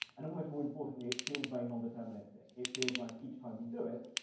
and almost more importantly, it feels very non-deterministic. it feels like each time we do it,